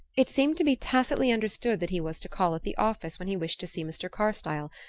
it seemed to be tacitly understood that he was to call at the office when he wished to see mr. carstyle,